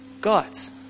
God's